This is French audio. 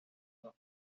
fort